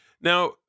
Now